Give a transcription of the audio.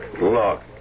Look